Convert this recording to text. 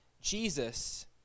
Jesus